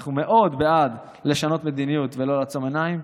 אנחנו מאוד בעד לשנות מדיניות ולא לעצום עיניים,